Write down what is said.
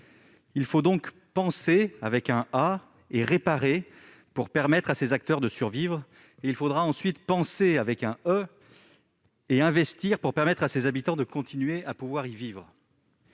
Il faut donc panser et réparer pour permettre à ces acteurs de survivre. Il faudra ensuite penser et investir pour permettre à ces habitants de continuer à pouvoir y vivre.